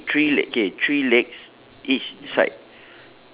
like three three le~ okay three legs each side